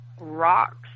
rocks